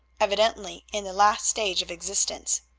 evidently in the last stage of existence.